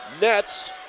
nets